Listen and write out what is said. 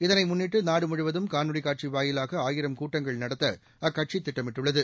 இதை முன்னிட்டு நாடு முழுவதும் காணொலி காட்சி வாயிலாக ஆயிரம் கூட்டங்கள் நடத்த அக்கட்சி திட்டமிட்டுள்ளது